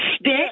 stick